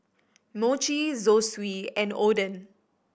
Mochi Zosui and Oden